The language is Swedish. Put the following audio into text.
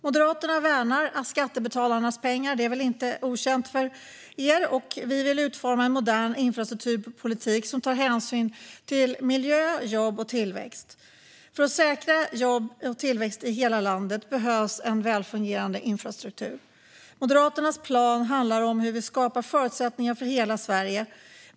Moderaterna värnar skattebetalarnas pengar - det är inte okänt - och vill utforma en modern infrastrukturpolitik som tar hänsyn till miljö, jobb och tillväxt. För att säkra jobb och tillväxt i hela landet behövs en välfungerande infrastruktur. Moderaternas plan handlar om hur vi skapar förutsättningar för hela Sverige.